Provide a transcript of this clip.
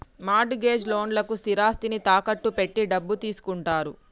mart gauge లోన్లకు స్థిరాస్తిని తాకట్టు పెట్టి డబ్బు తీసుకుంటారు